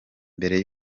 mbere